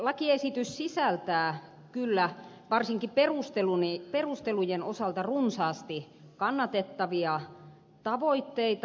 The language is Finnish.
lakiesitys sisältää kyllä varsinkin perustelujen osalta runsaasti kannatettavia tavoitteita